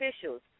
officials